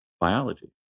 biology